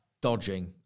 dodging